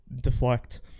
Deflect